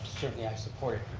certainly i support,